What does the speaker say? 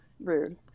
rude